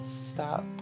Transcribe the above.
stop